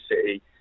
City